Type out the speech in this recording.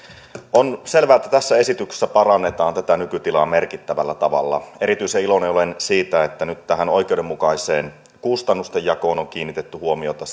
on selvää että tässä esityksessä parannetaan tätä nykytilaa merkittävällä tavalla erityisen iloinen olen siitä että nyt tähän oikeudenmukaiseen kustannustenjakoon on kiinnitetty huomiota